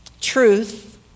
truth